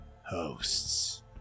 hosts